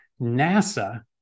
NASA